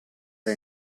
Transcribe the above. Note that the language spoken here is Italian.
era